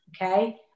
okay